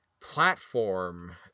platform